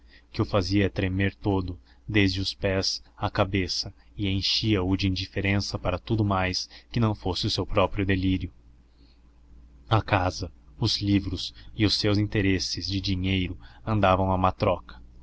que o fazia tremer todo desde os pés à cabeça e enchia o de indiferença para tudo mais que não fosse o seu próprio delírio a casa os livros e os seus interesses de dinheiro andavam à matroca